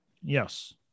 yes